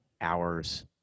hours